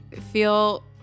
feel